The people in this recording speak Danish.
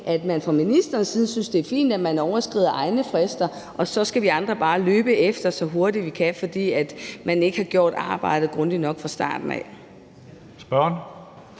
at man fra ministerens side synes, at det er fint, at man overskrider egne frister, og så skal vi andre bare løbe efter, så hurtigt vi kan, fordi man ikke har gjort arbejdet grundigt nok fra starten af.